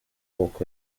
walk